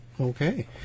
Okay